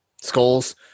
Skulls